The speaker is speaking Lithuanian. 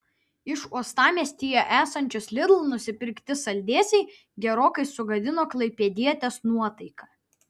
iš uostamiestyje esančios lidl nusipirkti saldėsiai gerokai sugadino klaipėdietės nuotaiką